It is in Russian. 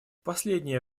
последнее